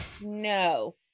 No